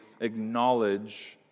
acknowledge